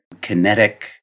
kinetic